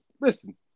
Listen